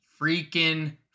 freaking